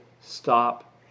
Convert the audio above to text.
stop